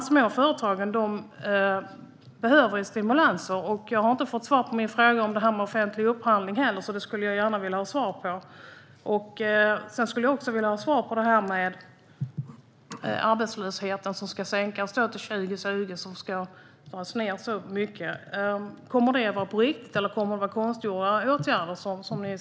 De små företagen behöver stimulanser. Jag fick inte svar på min fråga om offentlig upphandling, så den skulle jag gärna vilja ha svar på. Jag skulle också vilja ha svar på frågan om att arbetslösheten ska sänkas till 2020. Kommer det att vara på riktigt? Eller kommer ni att satsa på konstgjorda åtgärder?